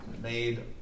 made